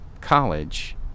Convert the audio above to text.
college